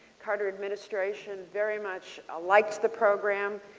carter administration. very much ah liked the program.